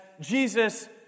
Jesus